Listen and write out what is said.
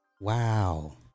Wow